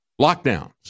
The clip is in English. Lockdowns